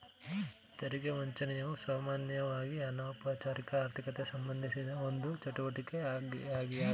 ತೆರಿಗೆ ವಂಚನೆಯು ಸಾಮಾನ್ಯವಾಗಿಅನೌಪಚಾರಿಕ ಆರ್ಥಿಕತೆಗೆಸಂಬಂಧಿಸಿದ ಒಂದು ಚಟುವಟಿಕೆ ಯಾಗ್ಯತೆ